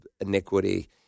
iniquity